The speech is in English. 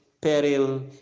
peril